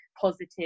positive